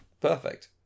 perfect